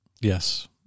Yes